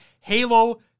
Halo